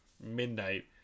midnight